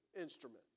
instrument